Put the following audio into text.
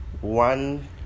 one